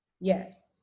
yes